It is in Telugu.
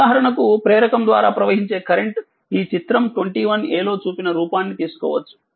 ఉదాహరణకుప్రేరకం ద్వారా ప్రవహించే కరెంట్ చిత్రం21aలో చూపిన రూపాన్ని తీసుకోవచ్చు